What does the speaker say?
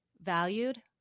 valued